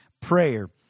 prayer